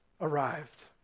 arrived